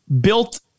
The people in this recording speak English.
built